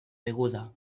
beguda